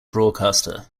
broadcaster